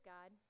God